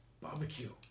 Barbecue